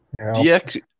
DX